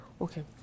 Okay